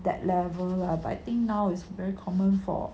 that level lah but I think now is very common for